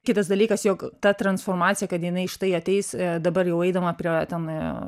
kitas dalykas jog ta transformacija kad jinai štai ateis dabar jau eidama prie ten